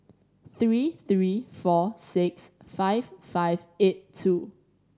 three three four six five five eight two